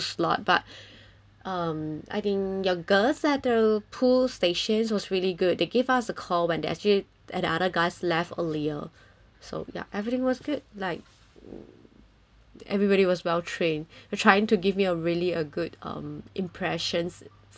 um I think your girl at the pools station was really good they give us a call when there's actually as the other guest left earlier so ya everything was good like everybody was well train for trying to give me a really a good um impressions for on your hotel